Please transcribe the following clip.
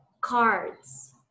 cards